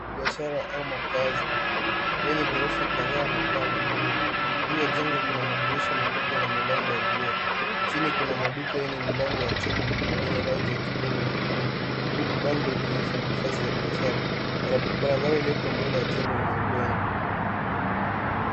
Biashara au makazi yenye gorofa kadhaa na paa bluu. Juu ya jengo kuna madirisha makubwa na milango ya vioo, chini kuna maduka yenye milango ya chuma yenye rangi ya kijani na bluu huku bango likionyeshwa nafasi za biashara. Barabara iliyoko mbele ya jengo ni ya udongo.